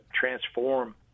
transform